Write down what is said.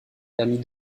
permit